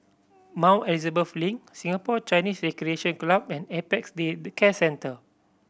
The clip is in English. Mount Elizabeth Link Singapore Chinese Recreation Club and Apex Day Care Centre